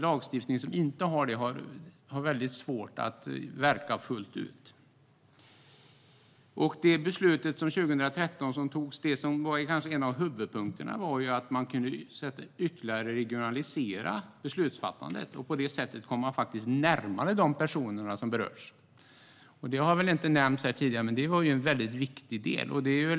Lagstiftning som inte har det har svårt att verka fullt ut. En av huvudpunkterna i beslutet som togs 2013 innebar också att beslutsfattandet kunde regionaliseras ytterligare. På det sättet kom man närmare de personer som berörs. Det har inte nämnts här tidigare. Men det var en viktig del.